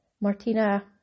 Martina